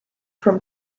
from